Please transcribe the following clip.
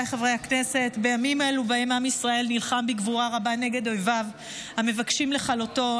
שבהם עם ישראל נלחם בגבורה רבה נגד אויביו המבקשים לכלותו,